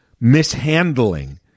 mishandling